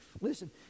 Listen